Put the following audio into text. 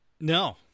No